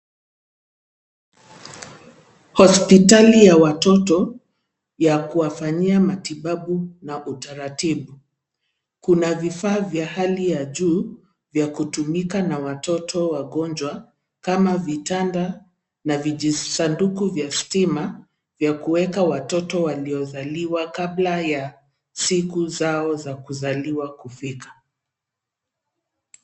Hospitali ya watoto ya kuwafanyia matibabu na utaratibu. Kuna vifaa vya hali ya juu vya kutumika na watoto wagonjwa kama vitanda na vijisanduku vya stima vya kuweka watoto waliozaliwa kabla ya siku zao za kuzaliwa kufika.